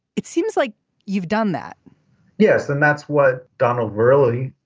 it seems like you've done that yes and that's what donald verrilli,